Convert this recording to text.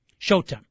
Showtime